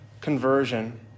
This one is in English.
conversion